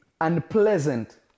unpleasant